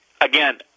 again